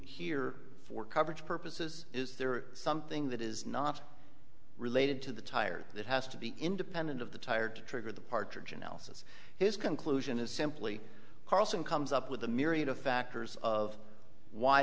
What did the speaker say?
here for coverage purposes is there something that is not related to the tire that has to be independent of the tire to trigger the partridge analysis his conclusion is simply carlson comes up with a myriad of factors of why